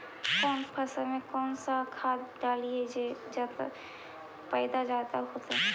कौन फसल मे कौन सा खाध डलियय जे की पैदा जादे होतय?